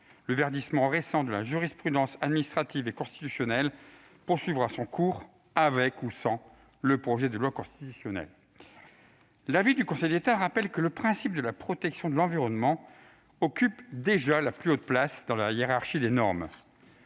Le verdissement récent de la jurisprudence administrative et constitutionnelle poursuivra son cours, avec ou sans le projet de loi constitutionnelle. Dans son arrêt, le Conseil d'État rappelle que le principe de la protection de l'environnement occupe déjà la plus haute place dans la hiérarchie des normes.